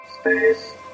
Space